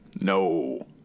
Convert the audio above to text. No